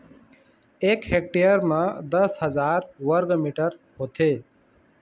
एक हेक्टेयर म दस हजार वर्ग मीटर होथे